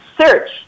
search